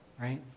right